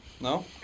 No